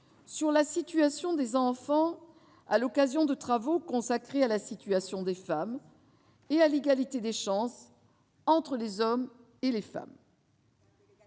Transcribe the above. sur la situation des enfants à l'occasion de travaux consacrés à la situation des femmes et à l'égalité des chances entre les hommes et les femmes.